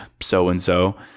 so-and-so